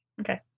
Okay